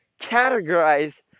categorize